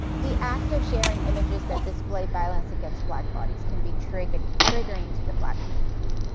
the act of sharing images that display violence against black bodies can be triggering triggering to the black community.